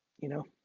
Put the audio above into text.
you know?